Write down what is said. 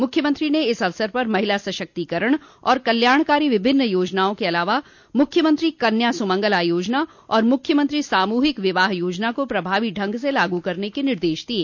मुख्यमंत्री ने इस अवसर पर महिला सशक्तिकरण और कल्याणकारी विभिन्न योजनाओं के अलावा मुख्यमंत्री कन्या सुमंगला योजना और मुख्यमंत्री सामुहिक विवाह योजना को प्रभावी ढंग से लागू करने के निर्देश दिये